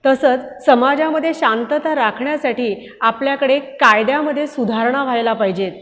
तसंच समाजामध्ये शांतता राखण्यासाठी आपल्याकडे कायद्यामध्ये सुधारणा व्हायला पाहिजेत